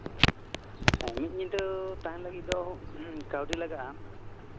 ᱢᱤᱫ ᱧᱤᱫᱟᱹ ᱛᱟᱦᱮᱱ ᱞᱟᱹᱜᱤᱫ ᱫᱚ ᱠᱟᱹᱣᱰᱤ ᱞᱟᱜᱟᱜᱼᱟ